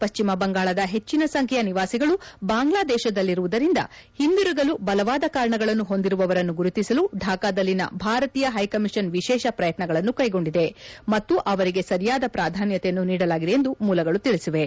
ಪಶ್ಚಿಮ ಬಂಗಾಳದ ಹೆಚ್ಚಿನ ಸಂಖ್ಯೆಯ ನಿವಾಸಿಗಳು ಬಾಂಗ್ಲಾದೇಶದಲ್ಲಿರುವುದರಿಂದ ಹಿಂದಿರುಗಲು ಬಲವಾದ ಕಾರಣಗಳನ್ನು ಹೊಂದಿರುವವರನ್ತು ಗುರುತಿಸಲು ಢಾಕಾದಲ್ಲಿನ ಭಾರತೀಯ ಹೈಕಮಿಷನ್ ವಿಶೇಷ ಪ್ರಯತ್ನಗಳನ್ನು ಕ್ಶೆಗೊಂಡಿದೆ ಮತ್ತು ಅವರಿಗೆ ಸರಿಯಾದ ಪ್ರಾಧಾನ್ನತೆಯನ್ನು ನೀಡಲಾಗಿದೆ ಎಂದು ಮೂಲಗಳು ತಿಳಿಸಿವೆ